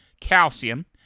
calcium